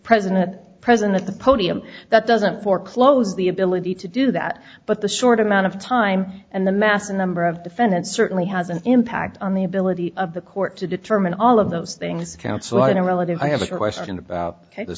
at present at the podium that doesn't foreclose the ability to do that but the short amount of time and the massive number of defendants certainly has an impact on the ability of the court to determine all of those things counsel in a relative i have a question about the